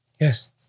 Yes